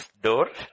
door